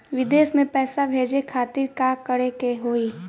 विदेश मे पैसा भेजे खातिर का करे के होयी?